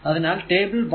അതിനാൽ ടേബിൾ 1